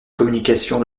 communication